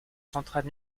centrale